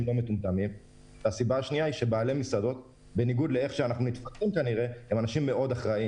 אנשים לא מטומטמים וגם בגלל שבעלי המסעדות הם אנשים מאוד אחראיים.